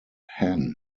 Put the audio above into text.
hann